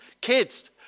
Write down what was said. kids